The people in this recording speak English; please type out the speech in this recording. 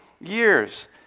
years